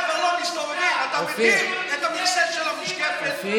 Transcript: אנחנו נוסעים בכבישי הנגב ואין פשע ואין